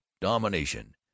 domination